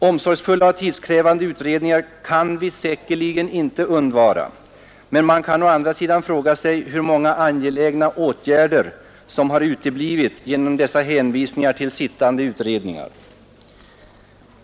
Omsorgsfulla och tidskrävande utredningar kan vi säkerligen inte undvara, men man kan å andra sidan fråga sig hur många angelägna åtgärder som uteblivit genom dessa hänvisningar till sittande utredningar.